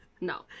no